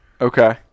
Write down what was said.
Okay